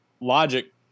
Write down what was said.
logic